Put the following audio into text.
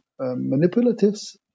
manipulatives